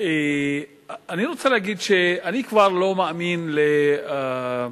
אני רוצה להגיד שאני כבר לא מאמין לאינדקס,